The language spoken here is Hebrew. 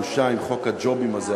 בושה אם חוק הג'ובים הזה,